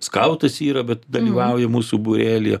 skautas yra bet dalyvauja mūsų būrelyje